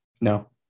No